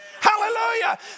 hallelujah